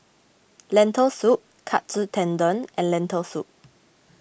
Lentil Soup Katsu Tendon and Lentil Soup